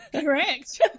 Correct